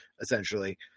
essentially